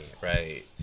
right